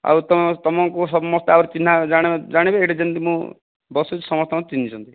ଆଉ ତମ ତମକୁ ସମସ୍ତେ ଆହୁରି ଚିହ୍ନା ଜାଣିବେ ଏଇଠି ଯେମିତି ମୁଁ ବସିଛି ସମସ୍ତେ ମୋତେ ଚିହ୍ନିଛନ୍ତି